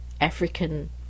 African